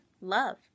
love